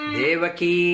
Devaki